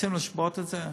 רוצים לשבות על זה?